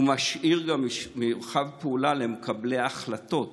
הוא משאיר גם מרחב פעולה למקבלי ההחלטות